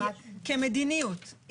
כמדיניות,